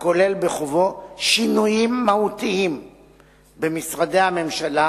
הכולל בחובו שינויים מהותיים במשרדי הממשלה,